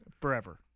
Forever